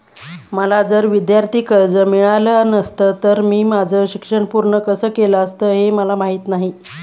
मला जर विद्यार्थी कर्ज मिळालं नसतं तर मी माझं शिक्षण पूर्ण कसं केलं असतं, हे मला माहीत नाही